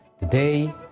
Today